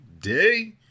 Day